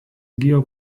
įgijo